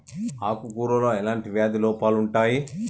ఆకు కూరలో ఎలాంటి వ్యాధి లోపాలు ఉంటాయి?